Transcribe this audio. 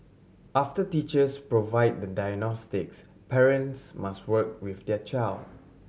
after teachers provide the diagnostics parents must work with their child